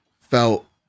felt